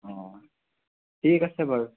অঁ ঠিক আছে বাৰু